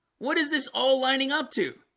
what is this all lining up to?